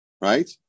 right